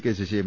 K Sasi M